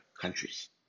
countries